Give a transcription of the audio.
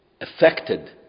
affected